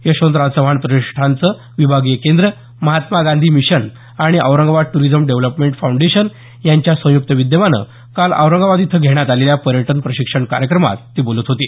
यशवंतराव चव्हाण प्रतिष्ठानचं विभागीय केंद्र महात्मा गांधी मिशन आणि औरंगाबाद ट्रिझम डेव्हलपमेंट फाउंडेशन यांच्या संयुक्त विद्यमानं काल औरंगाबाद इथं घेण्यात आलेल्या पर्यटन प्रशिक्षण कार्यक्रमात ते बोलत होते